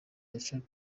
yacaga